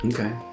Okay